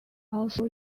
also